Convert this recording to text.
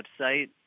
website